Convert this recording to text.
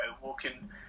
walking